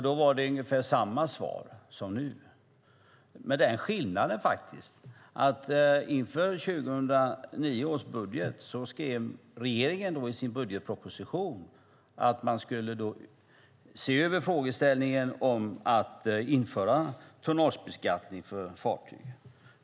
Då fick jag ungefär samma svar som nu med den skillnaden att regeringen inför 2009 års budget skrev i sin budgetproposition att man skulle se över frågan om att införa tonnagebeskattning för fartyg.